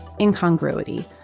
incongruity